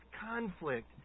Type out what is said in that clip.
conflict